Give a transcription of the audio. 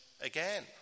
again